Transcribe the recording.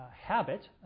habit